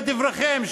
לדבריכם,